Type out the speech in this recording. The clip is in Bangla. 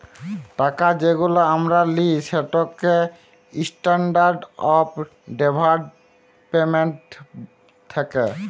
টাকা যেগুলা আমরা লিই সেটতে ইসট্যান্ডারড অফ ডেফার্ড পেমেল্ট থ্যাকে